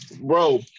Bro